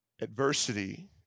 adversity